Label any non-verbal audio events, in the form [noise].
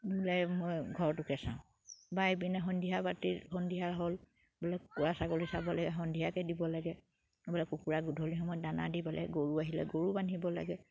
[unintelligible] মই ঘৰটোকে চাওঁ বা এইপিনে সন্ধিয়া বাতি সন্ধিয়া হ'ল বোলে কুকুৰা ছাগলী চাব লাগে সন্ধিয়াকে দিব লাগে বোলে কুকুৰা গধূলি সময়ত দানা দিব লাগে গৰু আহিলে গৰু বান্ধিব লাগে